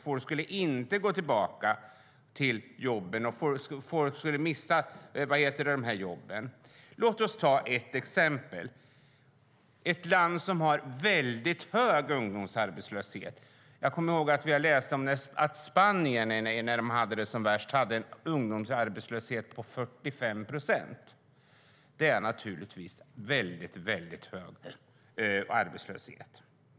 Folk skulle inte gå tillbaka till jobben, och folk skulle mista jobben. Låt mig ta ett exempel från ett land som har väldigt hög ungdomsarbetslöshet. Jag läste att Spanien när det var som värst hade en ungdomsarbetslöshet på 45 procent. Det är naturligtvis en väldigt hög arbetslöshet.